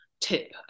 tip